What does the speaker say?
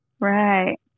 right